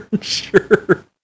Sure